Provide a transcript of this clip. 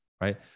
right